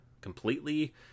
completely